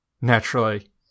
naturally